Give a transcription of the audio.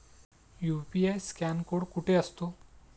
UPI scan code कुठे असतो?